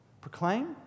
Proclaim